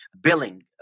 billing